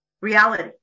reality